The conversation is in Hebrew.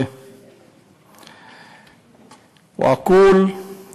(אומר דברים